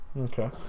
Okay